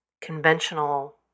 conventional